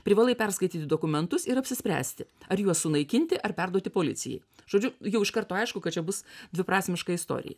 privalai perskaityti dokumentus ir apsispręsti ar juos sunaikinti ar perduoti policijai žodžiu jau iš karto aišku kad čia bus dviprasmiška istorija